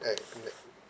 right and like